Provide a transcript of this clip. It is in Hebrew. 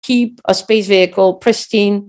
Keep a space vehicle pristine.